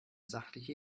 sachliche